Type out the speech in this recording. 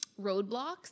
roadblocks